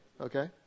Okay